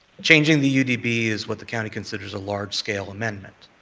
changing the u d b. is what the county considers a large-scale amendment.